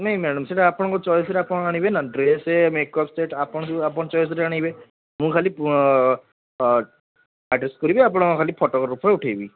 ନାଇଁ ମ୍ୟାଡ଼ାମ୍ ସେଟା ଆପଣଙ୍କ ଚଏସ୍ରେ ଆପଣ ଆଣିବେ ନା ଡ୍ରେସ୍ ମେକପ୍ ସେଟ୍ ଆପଣ ଯେଉଁ ଆପଣଙ୍କ ଚଏସ୍ରେ ଆଣିବେ ମୁଁ ଖାଲି ଅଡ୍ରେସ୍ କରିବି ଆପଣଙ୍କ ଫଟୋ ଉଠେଇବି